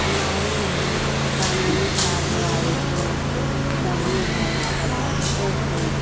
हमारे यहाँ क़ानूनी कार्रवाई तो सही है पर पहले से